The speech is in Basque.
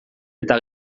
eta